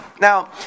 Now